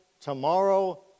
Tomorrow